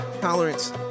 tolerance